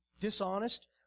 dishonest